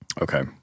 Okay